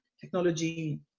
technology